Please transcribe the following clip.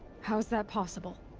how is that possible?